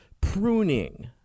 pruning